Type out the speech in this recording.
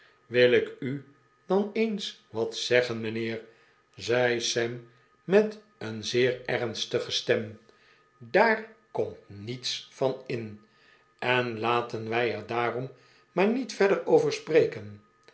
komen wilik u dan eens wat zeggen mijnheer zei sam met een zeer ernstige stem daar komt niets van in en laten wij er daarom maar niet verder over spreken